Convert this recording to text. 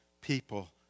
people